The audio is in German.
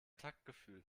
taktgefühl